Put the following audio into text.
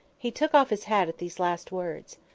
he took off his hat at these last words.